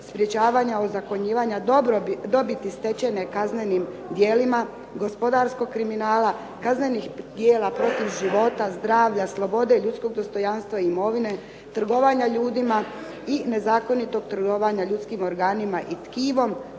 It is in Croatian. sprečavanja ozakonjivanja dobiti stečene kaznenim djelima, gospodarskog kriminala, kaznenih djela protiv života, zdravlja, slobode, ljudskog dostojanstva, imovine, trgovanja ljudima i nezakonitog trgovanja ljudskim organima i tkivom,